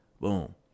Boom